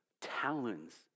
talons